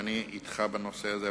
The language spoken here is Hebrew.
ואני אתך בנושא הזה.